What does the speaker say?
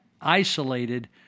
isolated